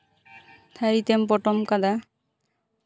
ᱛᱷᱟᱹᱨᱤ ᱛᱮᱢ ᱯᱚᱴᱚᱢ ᱠᱟᱫᱟ